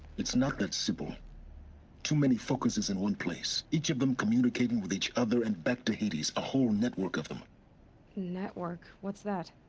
it's not that simple too many focuses in one place. each of them communicating with each other, and back to hades whole network of them network, what's that?